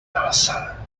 elsa